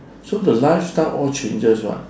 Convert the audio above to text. so the lifestyle all changes what